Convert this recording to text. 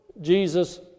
Jesus